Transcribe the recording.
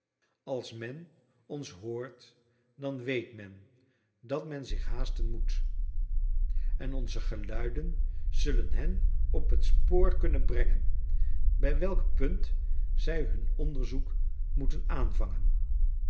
als men ons hoort dan weet men dat men zich haasten moet en onze geluiden zullen hen op het spoor kunnen brengen bij welk punt zij hun onderzoek moeten aanvangen